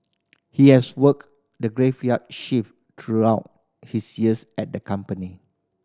he has worked the graveyard shift throughout his years at the company